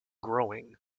growing